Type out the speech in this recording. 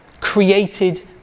created